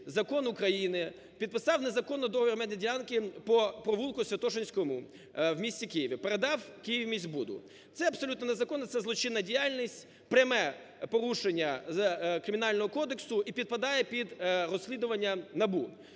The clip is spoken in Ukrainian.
закон України, підписав незаконно до громадянки по провулку Святошинському в місті Києві, передав "Київміськбуду". Це абсолютно незаконно, це злочинна діяльність, пряме порушення Кримінального кодексу і підпадає під розслідування НАБУ.